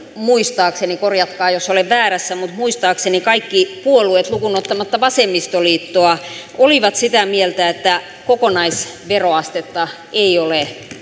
muistaakseni korjatkaa jos olen väärässä kaikki puolueet lukuun ottamatta vasemmistoliittoa olivat sitä mieltä että kokonaisveroastetta ei ole